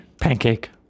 Pancake